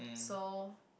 so